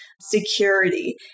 security